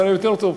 היה יותר טוב,